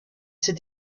ses